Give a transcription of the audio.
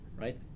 right